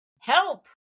help